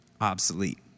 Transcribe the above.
obsolete